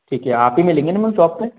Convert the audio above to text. ठीक है आप ही मिलेंगी ना मैम सॉप पे